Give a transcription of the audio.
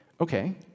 Okay